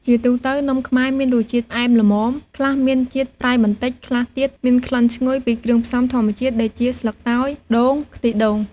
ជាទូទៅ នំខ្មែរមានរសជាតិផ្អែមល្មម ខ្លះមានជាតិប្រៃបន្តិច ខ្លះទៀតមានក្លិនឈ្ងុយពីគ្រឿងផ្សំធម្មជាតិដូចជាស្លឹកតើយ ដូង ខ្ទិះដូង។ល។